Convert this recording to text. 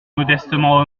modestement